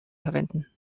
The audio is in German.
verwenden